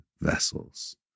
vessels